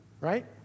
right